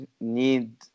need